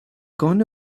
gone